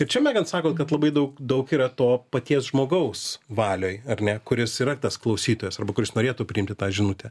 ir čia megan sako kad labai daug daug yra to paties žmogaus valioj ar ne kuris yra tas klausytojas arba kuris norėtų priimti tą žinutę